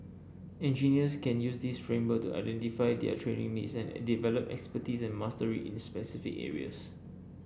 engineers can use this framework to identify their training needs and develop expertise and mastery in specific areas